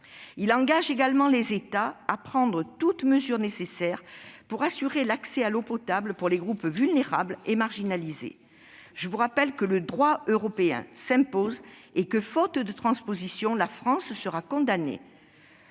Il engage également les États à prendre toutes mesures nécessaires pour assurer l'accès à l'eau potable pour les groupes vulnérables et marginalisés. Je vous le rappelle, le droit européen s'impose. Faute de transposition, la France sera condamnée.